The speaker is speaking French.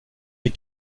les